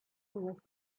with